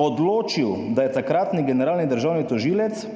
odločil, da takratni generalni državni tožilec